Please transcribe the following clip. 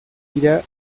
dira